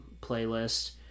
playlist